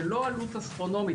זה לא עלות אסטרונומית,